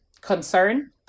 concern